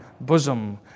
bosom